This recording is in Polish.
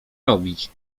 robić